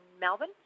Melbourne